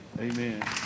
Amen